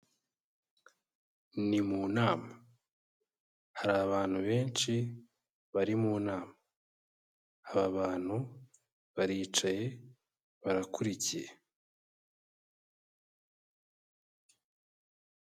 Ni mu nama, hari abantu benshi bari mu nama, aba bantu baricaye barakurikiye.